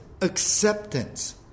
Acceptance